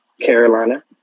Carolina